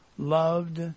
Loved